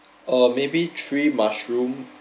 uh maybe three mushroom